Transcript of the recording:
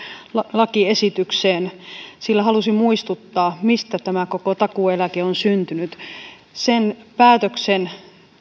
lakiesitykseen sillä halusin muistuttaa mistä tämä koko takuueläke on syntynyt sen päätöksen